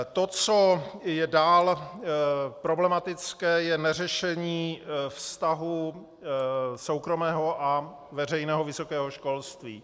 To, co je dál problematické, je neřešení vztahu soukromého a veřejného vysokého školství.